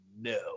No